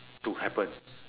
to happen